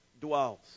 dwells